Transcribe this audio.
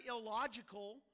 illogical